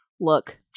look